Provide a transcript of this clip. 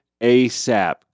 ASAP